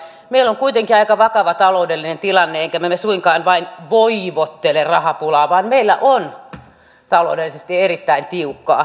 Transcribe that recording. meillä on kuitenkin aika vakava taloudellinen tilanne emmekä me suinkaan vain voivottele rahapulaa vaan meillä on taloudellisesti erittäin tiukkaa